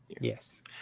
Yes